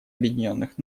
объединенных